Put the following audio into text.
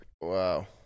Wow